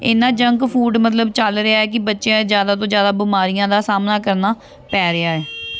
ਇੰਨਾ junk food ਮਤਲਬ ਚੱਲ ਰਿਹਾ ਕਿ ਬੱਚਿਆਂ ਜ਼ਿਆਦਾ ਤੋਂ ਜ਼ਿਆਦਾ ਬਿਮਾਰੀਆਂ ਦਾ ਸਾਹਮਣਾ ਕਰਨਾ ਪੈ ਰਿਹਾ ਹੈ